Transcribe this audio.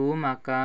तूं म्हाका